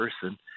person